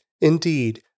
Indeed